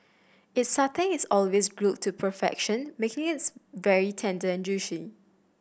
its satay is always grilled to perfection making its very tender and juicy